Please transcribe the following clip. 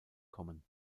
kommen